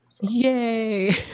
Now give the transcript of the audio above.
yay